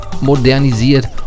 modernisiert